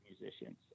musicians